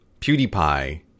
PewDiePie